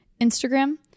Instagram